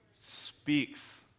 Speaks